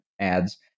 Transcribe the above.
ads